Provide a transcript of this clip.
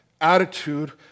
attitude